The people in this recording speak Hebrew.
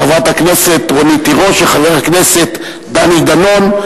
חברת הכנסת רונית תירוש וחבר הכנסת דני דנון.